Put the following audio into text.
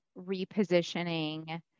repositioning